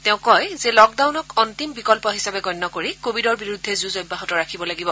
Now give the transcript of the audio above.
তেওঁ কয় যে লকডাউনক অন্তিম বিকল্প হিচাপে গণ্য কৰি কোৱিডৰ বিৰুদ্ধে যুঁজ অব্যাহত ৰাখিব লাগিব